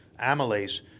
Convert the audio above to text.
Amylase